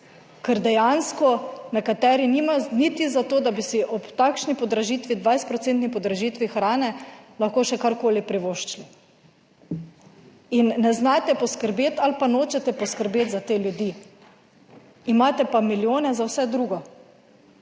ker dejansko nekateri nimajo niti za to, da bi si ob takšni podražitvi, 20 procentni podražitvi hrane, lahko še karkoli privoščili in ne znate poskrbeti ali pa nočete poskrbeti za te ljudi, imate pa milijone za vse drugo